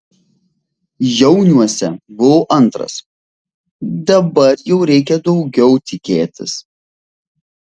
jauniuose buvau antras dabar jau reikia daugiau tikėtis